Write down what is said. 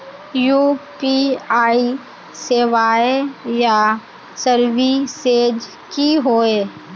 UPI सेवाएँ या services की होय?